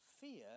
fear